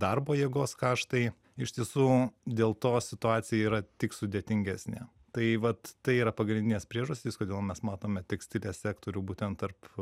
darbo jėgos kaštai iš tiesų dėl to situacija yra tik sudėtingesnė tai vat tai yra pagrindinės priežastys kodėl mes matome tekstilės sektorių būtent tarp